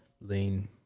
Lean